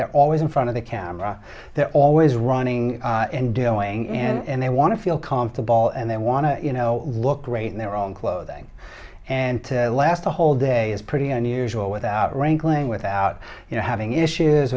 they're always in front of the camera they're always running and doing it and they want to feel comfortable and they want to you know look great in their own clothing and to last the whole day is pretty unusual without rankling without you know having issues